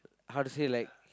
how to say like